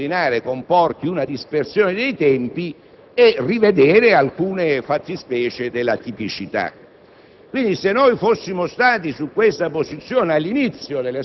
per evitare che l'obbligatorietà dell'azione disciplinare comporti una dispersione dei tempi, e rivedere alcune fattispecie della tipicità.